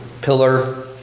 pillar